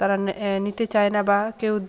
তারা নিতে চায় না বা কেউ